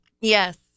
yes